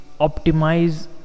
optimize